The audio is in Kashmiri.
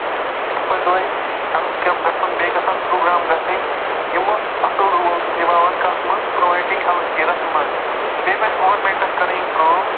دۄہے دۄہے ہٮ۪لٔتھ کیمپ گژھُن بیٚیہِ گژھن پرٛوگرام گژھٕنۍ یِمہٕ اَصٕل رول نِباوان کَتھ منٛز پرٛوایڈِنٛگ ہٮ۪لٔتھ کِیرَس منٛز تہٕ بیٚیہِ پَزِ گوٚرمٮ۪نٹَس کَرٕنۍ کٲم